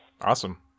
awesome